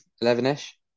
eleven-ish